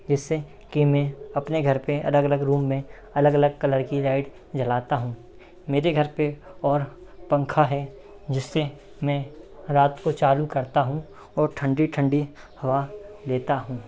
जिससे कि में अपने घर पे अलग अलग रूम में अलग अलग कलर की लाइट जलाता हूँ मेरे घर पे और पंखा है जिससे मैं रात को चालू करता हूँ और ठंडी ठंडी हवा लेता हूँ